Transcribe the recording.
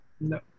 No